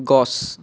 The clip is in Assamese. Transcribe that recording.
গছ